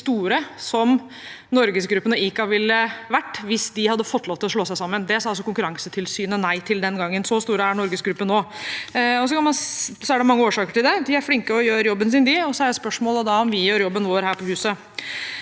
som NorgesGruppen og ICA ville ha vært hvis de hadde fått lov til å slå seg sammen. Det sa Konkurransetilsynet nei til den gangen – så store er NorgesGruppen nå. Det er mange årsaker til det, de er flinke og gjør jobben sin, og så er da spørsmålet om vi gjør jobben vår her på huset.